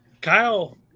Kyle